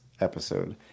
episode